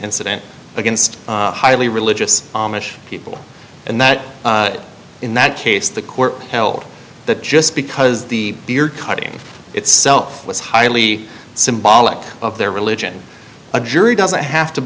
incident against highly religious amish people and that in that case the court held that just because the beard cutting itself was highly symbolic of their religion a jury doesn't have to